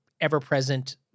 ever-present